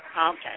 Okay